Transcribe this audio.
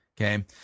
Okay